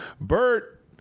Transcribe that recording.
Bert